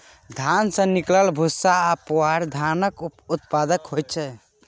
धान सँ निकलल भूस्सा आ पुआर धानक उप उत्पाद होइ छै